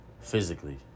physically